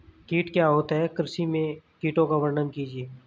कीट क्या होता है कृषि में कीटों का वर्णन कीजिए?